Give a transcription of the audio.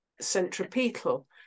centripetal